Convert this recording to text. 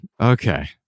okay